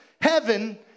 Heaven